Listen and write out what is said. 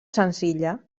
senzilla